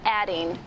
adding